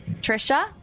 Trisha